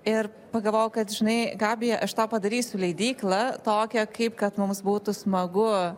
ir pagalvojau kad žinai gabija aš tau padarysiu leidyklą tokią kaip kad mums būtų smagu